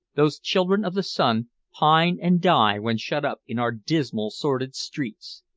those children of the sun, pine and die when shut up in our dismal, sordid streets!